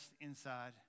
inside